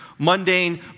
mundane